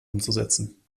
umzusetzen